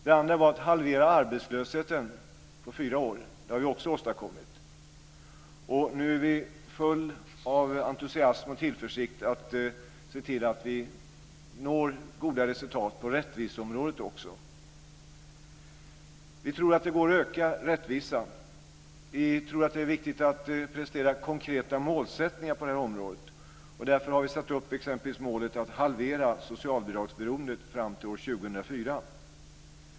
Det andra var att halvera arbetslösheten på fyra år. Det har vi också åstadkommit. Nu är vi fulla av entusiasm och tillförsikt och ska se till att vi når goda resultat också på rättviseområdet. Vi tror att det går att öka rättvisan och att det är viktigt att presentera konkreta målsättningar på det området. Därför har vi exempelvis satt upp målet att halvera socialbidragsberoendet fram till år 2004.